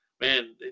man